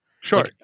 sure